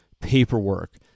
paperwork